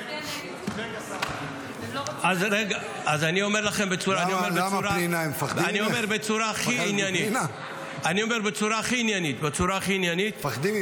אז אני אומר לכם בצורה הכי עניינית: אין לי